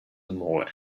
more